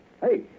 Hey